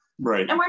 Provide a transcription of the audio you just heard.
Right